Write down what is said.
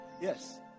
yes